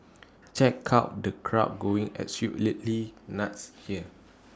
check out the crowd going absolutely nuts here